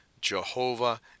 Jehovah